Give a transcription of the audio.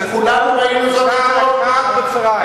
כולנו ראינו זאת אתמול.